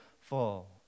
fall